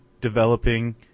developing